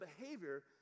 behavior